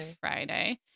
Friday